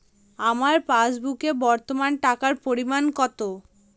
আমার পাসবুকে বর্তমান টাকার পরিমাণ কত?